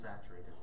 saturated